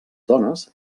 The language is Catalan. dones